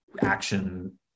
action